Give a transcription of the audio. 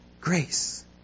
Grace